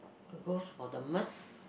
uh goes for the Merz